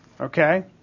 Okay